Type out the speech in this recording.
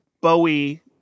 Bowie